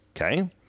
Okay